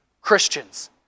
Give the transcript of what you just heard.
Christians